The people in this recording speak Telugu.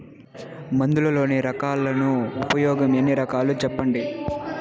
మందులలోని రకాలను ఉపయోగం ఎన్ని రకాలు? సెప్పండి?